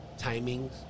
timings